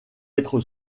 être